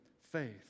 faith